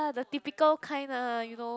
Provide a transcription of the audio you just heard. the typical kind lah you know